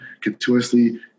continuously